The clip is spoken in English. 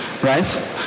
Right